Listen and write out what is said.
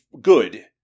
good